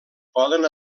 poden